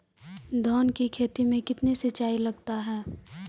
धान की खेती मे कितने सिंचाई लगता है?